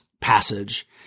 passage